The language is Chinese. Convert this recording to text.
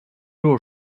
肌肉